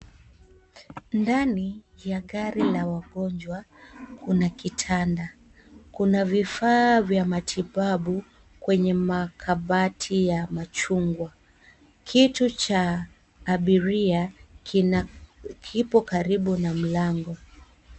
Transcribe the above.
Ndani ya gari la wagonjwa kuna kitanda kuna vifaa vya matibabu kwenye makabati ya machungwa kitu cha abiria kipo karibu na mlango.